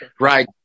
right